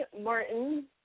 Martin